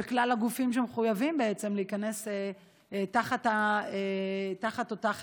כלל הגופים שמחויבים בעצם להיכנס תחת אותה חברה.